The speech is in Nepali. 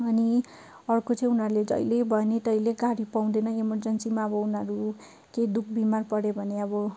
अनि अर्को चाहिँ उनीहरूले जहिले भन्यो तहिले गाडी पाउँदैन एमर्जेन्सीमा अब उनीहरू केही दुःख बिमार पऱ्यो भने अब